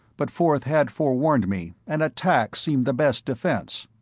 but forth had forewarned me, and attack seemed the best defense.